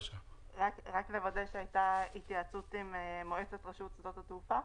רק לוודא שהייתה התייעצות עם מועצת רשות שדות התעופה.